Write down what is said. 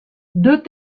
deux